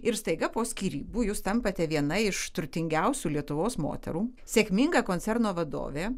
ir staiga po skyrybų jūs tampate viena iš turtingiausių lietuvos moterų sėkminga koncerno vadovė